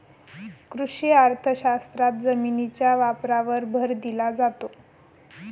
कृषी अर्थशास्त्रात जमिनीच्या वापरावर भर दिला जातो